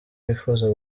wifuza